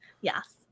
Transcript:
Yes